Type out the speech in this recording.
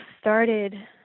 started